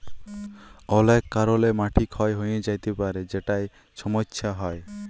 অলেক কারলে মাটি ক্ষয় হঁয়ে য্যাতে পারে যেটায় ছমচ্ছা হ্যয়